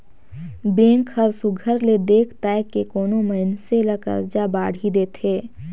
bank हर सुग्घर ले देख ताएक के कोनो मइनसे ल करजा बाड़ही देथे